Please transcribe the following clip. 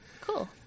Cool